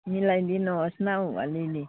मिलाइदिनुहोस् नौ अलिअलि